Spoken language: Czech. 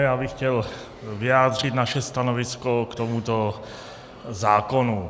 Já bych chtěl vyjádřit naše stanovisko k tomuto zákonu.